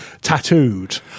tattooed